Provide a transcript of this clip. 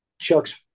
Chuck's